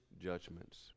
judgments